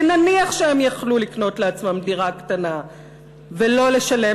ונניח שהם יכלו לקנות לעצמם דירה קטנה ולא לשלם